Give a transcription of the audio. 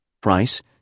Price